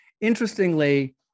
Interestingly